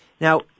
Now